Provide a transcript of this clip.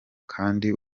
kandi